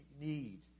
need